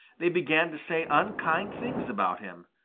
they began to say unkind things about him.